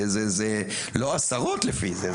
זה לא עשרות לפי זה,